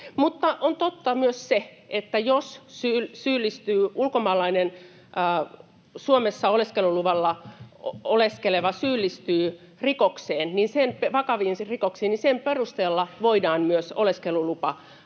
Mutta on totta myös se, että jos ulkomaalainen Suomessa oleskeluluvalla oleskeleva syyllistyy vakaviin rikoksiin, niin sen perusteella voidaan myös oleskelulupa evätä